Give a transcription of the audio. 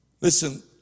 Listen